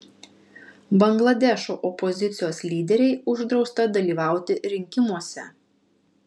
bangladešo opozicijos lyderei uždrausta dalyvauti rinkimuose